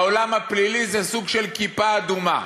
בעולם הפלילי זה סוג של כיפה אדומה: